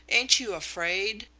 ain't you afraid?